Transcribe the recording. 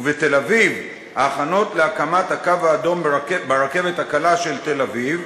ובתל-אביב ההכנות להקמת "הקו האדום" ברכבת הקלה של תל-אביב,